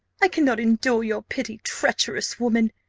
i cannot endure your pity, treacherous woman!